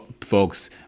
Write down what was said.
folks